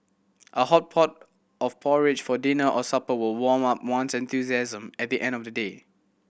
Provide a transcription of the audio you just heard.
a hot pot of porridge for dinner or supper will warm up one's enthusiasm at the end of a day